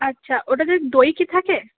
আচ্ছা ওটাতে দই কি থাকে